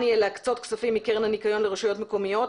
יהיה להקצות כספים מקרן הנקיון לרשויות מקומיות,